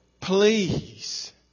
Please